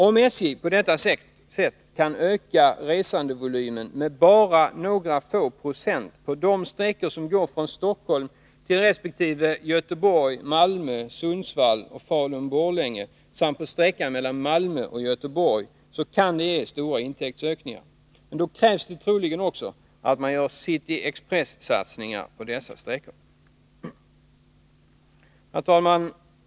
Om SJ på detta sätt kan öka resandevolymen med bara några få procent på de sträckor som går från Stockholm till resp. Göteborg, Malmö, Sundsvall och Falun-Borlänge samt på sträckan Malmö-Göteborg, kan det ge stora intäktsökningar. Men då krävs det troligen också att man gör City-Express-satsningar på dessa sträckor. Herr talman!